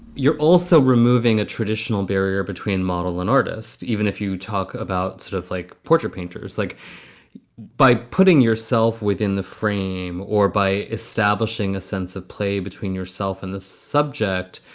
you're also removing a traditional barrier between model and artist, even if you talk about sort of like portrait painters, like by putting yourself within the frame or by establishing a sense of play between yourself and the subject,